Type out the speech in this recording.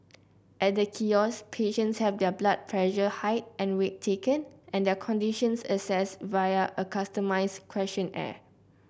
at the kiosk patients have their blood pressure height and weight taken and their conditions assessed via a customised questionnaire